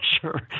sure